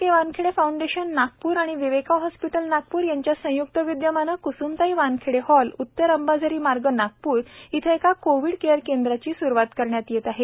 के Wankhede foundation Nagpur आणि Viveka hospital Nagpur यांच्या संयुक्त विदयमाने कुसुमताई वानखेडे हॉल उत्तर अंबाझरी रोड नागपुर इथं एक कोविड केअर केंद्र सुरू करण्यात आले आहे